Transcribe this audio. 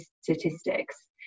statistics